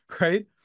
right